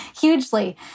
Hugely